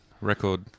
record